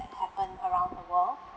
that happen around the world